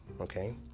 okay